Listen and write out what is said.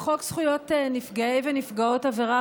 חוק זכויות נפגעי ונפגעות עבירה,